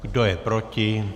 Kdo je proti?